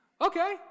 Okay